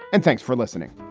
and thanks for listening